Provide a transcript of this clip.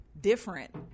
different